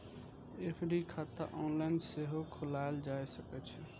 FD खाता online सेहो खोलाएल जा सकै छै